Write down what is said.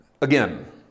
Again